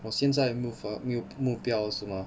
我现在目发目标是吗